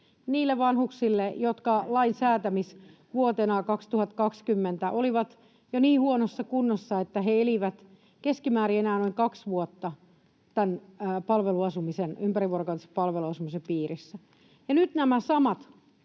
niille vanhuksille, jotka lain säätämisvuotena 2020 olivat jo niin huonossa kunnossa, että he elivät keskimäärin enää noin kaksi vuotta tämän ympärivuorokautisen palveluasumisen piirissä. Ja nyt nämä samat